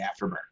Afterburn